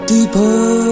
Deeper